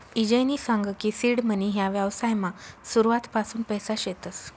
ईजयनी सांग की सीड मनी ह्या व्यवसायमा सुरुवातपासून पैसा शेतस